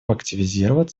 активизировать